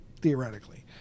Theoretically